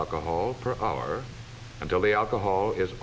alcohol per hour until the alcohol